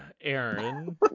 Aaron